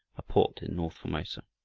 a port in north formosa.